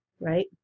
Right